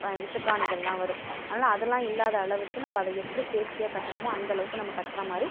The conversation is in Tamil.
விஷப் பிராணிகள்லாம் வரும் அதனால் அதலாம் இல்லாத அளவுக்கு நம்ப அதை எப்படி சேஃப்டியாக கட்டணுமோ அந்தளவுக்கு நம்ப கட்றாமாதிரி